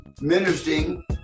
ministering